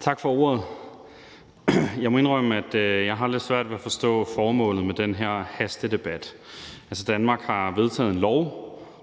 Tak for ordet. Jeg må indrømme, at jeg har lidt svært ved at forstå formålet med den her hastedebat. Danmark har vedtaget en lov,